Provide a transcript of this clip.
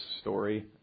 story